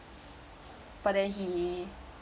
but then he